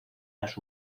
las